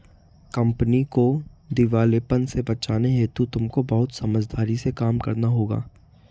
company को दिवालेपन से बचाने हेतु तुमको बहुत समझदारी से काम करना होगा